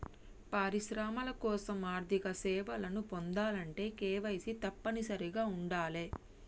పరిశ్రమల కోసం ఆర్థిక సేవలను పొందాలంటే కేవైసీ తప్పనిసరిగా ఉండాలే